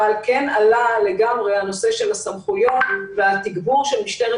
אבל כן עלה לגמרי הנושא של הסמכויות והתגבור של משטרת